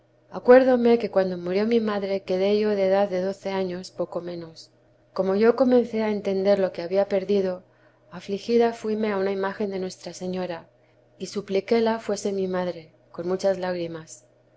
acuerdóme que cuando murió mi madre quedé yo de edad de doce años poco menos como yo comencé a entender lo que había perdido afligida fuíme a una imagen de nuestra señora y supliquéla fuese mi madre con muchas lágrimas